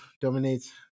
dominates